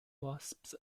wasps